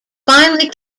finally